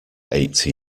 eighty